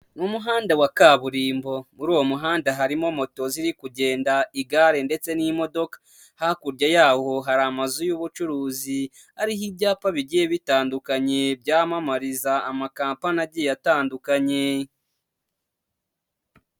Mu muhanda wa kaburimbo muri uwo muhanda harimo moto ziri kugenda, igare ndetse n'imodoka. Hakurya yaho hari amazu y'ubucuruzi ariho ibyapa bigiye bitandukanye byamamariza amakampani agiye atandukanye.